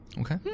Okay